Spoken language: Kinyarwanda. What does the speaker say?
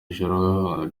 ijoro